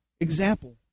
Example